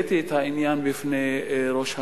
והעליתי את העניין בפני ראש הממשלה.